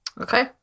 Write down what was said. Okay